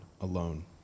alone